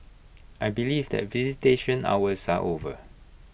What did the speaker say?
I believe that visitation hours are over